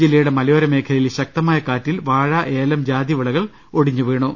ജില്ലയുടെ മലയോർ ്മേഖലയിൽ ശക്തമായ കാറ്റിൽ വാഴ ഏലം ജാതി വിളകൾ കാ്റ്റിൽ ഒടിഞ്ഞു വീണു